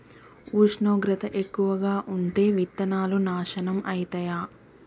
ఉష్ణోగ్రత ఎక్కువగా ఉంటే విత్తనాలు నాశనం ఐతయా?